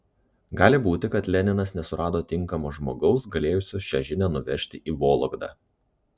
gali būti kad leninas nesurado tinkamo žmogaus galėjusio šią žinią nuvežti į vologdą